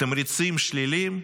תמריצים שליליים,